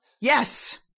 Yes